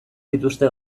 dituzte